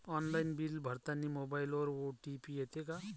Online bill भरतानी मोबाईलवर OTP येते का?